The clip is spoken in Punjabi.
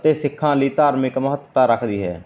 ਅਤੇ ਸਿੱਖਾਂ ਲਈ ਧਾਰਮਿਕ ਮਹੱਤਤਾ ਰੱਖਦੀ ਹੈ